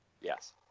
Yes